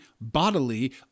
bodily